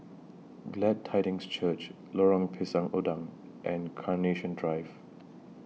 Glad Tidings Church Lorong Pisang Udang and Carnation Drive